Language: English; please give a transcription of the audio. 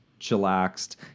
chillaxed